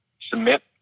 submit